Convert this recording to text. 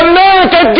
America